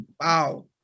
Wow